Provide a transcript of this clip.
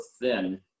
thin